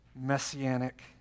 messianic